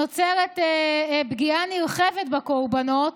נוצרת פגיעה נרחבת בקורבנות,